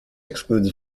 excludes